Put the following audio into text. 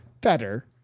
better